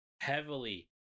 heavily